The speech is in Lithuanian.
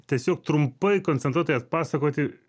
tiesiog trumpai koncentruotai atpasakoti